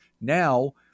Now